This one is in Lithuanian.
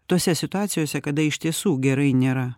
tose situacijose kada iš tiesų gerai nėra